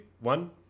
one